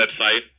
website